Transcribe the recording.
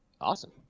Awesome